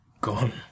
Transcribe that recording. gone